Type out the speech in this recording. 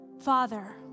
Father